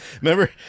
remember